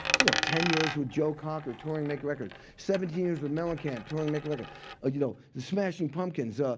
you know ten years with joe cocker, touring, making records seventeen years with mellencamp, touring, making records ah you know the smashing pumpkins, ah